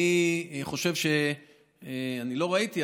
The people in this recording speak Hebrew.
אני לא ראיתי,